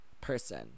person